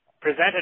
presented